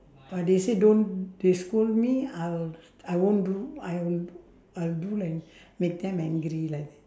or they say don't they scold me I will I won't do I will d~ I'll do and make them angry like that